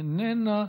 איננה,